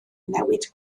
newid